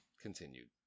continued